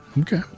Okay